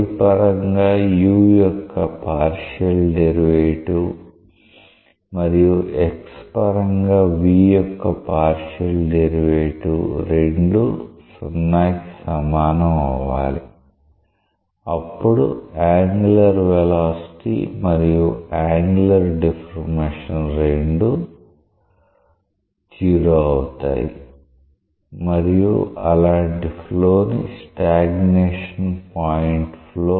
y పరంగా u యొక్క partial derivative మరియు x పరంగా v యొక్క పార్షియల్ డెరివేటివ్ రెండు 0 కి సమానం అవ్వాలి అప్పుడు యాంగులర్ వెలాసిటీ మరియు యాంగులర్ డిఫార్మేషన్ రెండూ 0 అవుతాయి మరియు అలాంటి ఫ్లో ని స్టాగ్నేషన్ పాయింట్ ఫ్లో అంటాము